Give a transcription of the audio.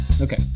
Okay